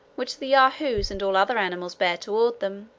which the yahoos and all other animals bear toward them